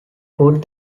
foot